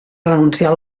renunciar